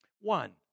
One